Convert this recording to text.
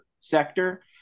sector